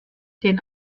den